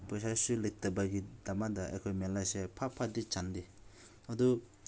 ꯄꯩꯁꯥꯁꯨ ꯂꯩꯇꯕꯒꯤꯗꯃꯛꯇ ꯑꯩꯈꯣꯏ ꯃꯦꯂꯥꯁꯦ ꯐꯠ ꯐꯠꯇꯤ ꯆꯪꯗꯦ ꯑꯗꯨ